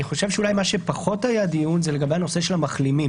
אני חושב שאולי מה שפחות היה דיון זה לגבי הנושא של המחלימים,